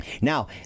Now